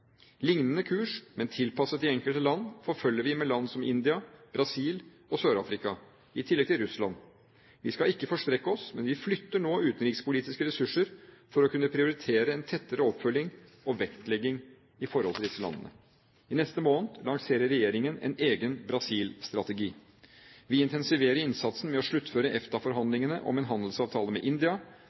lignende kurs, men tilpasset de enkelte land, følger vi med land som India, Brasil og Sør-Afrika, i tillegg til Russland. Vi skal ikke forstrekke oss, men vi flytter nå utenrikspolitiske ressurser for å kunne prioritere en tettere oppfølging og vektlegging av disse landene. I neste måned lanserer regjeringen en egen Brasil-strategi. Vi intensiverer innsatsen med å sluttføre EFTA-forhandlingene om en handelsavtale med India,